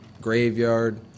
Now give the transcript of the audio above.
Graveyard